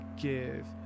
give